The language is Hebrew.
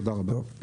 תודה רבה.